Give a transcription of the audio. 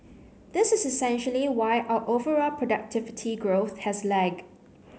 this is essentially why our overall productivity growth has lagged